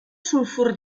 sulfur